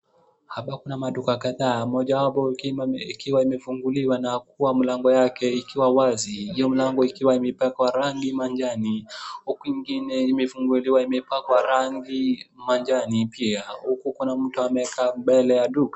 Hapa kuna maduka kadhaa moja wapo ikiwa imefunguliwa na kuwa mlango yake ikiwa wazi. Hiyo mlango ikiwa imepakwa rangi ya majani. Huku kwingine imefunguliwa imepakwa rangi majani pia. Huku kuna mtu amekaa mbele ya duka.